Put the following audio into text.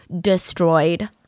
destroyed